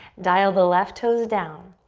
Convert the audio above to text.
dial the left toes down.